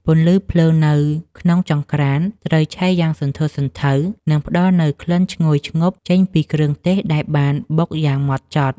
ពន្លឺភ្លើងនៅក្នុងចង្រ្កានត្រូវឆេះយ៉ាងសន្ធោសន្ធៅ និង ផ្តល់នូវក្លិនឈ្ងុយឈ្ងប់ចេញពីគ្រឿងទេសដែលបានបុកយ៉ាងម៉ត់ចត់។